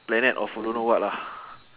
planet of don't know what lah